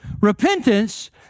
Repentance